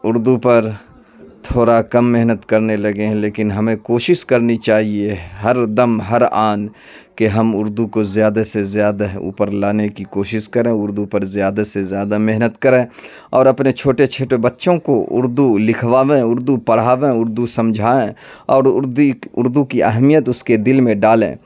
اردو پر تھورا کم محنت کرنے لگے ہیں لیکن ہمیں کوشس کرنی چاہیے ہر دم ہر آن کہ ہم اردو کو زیادہ سے زیادہ اوپر لانے کی کوشش کریں اردو پر زیادہ سے زیادہ محنت کریں اور اپنے چھوٹے چھوٹے بچوں کو اردو لکھائیں اردو پڑھائیں اردو سمجھائیں اور اردو اردو کی اہمیت اس کے دل میں ڈالیں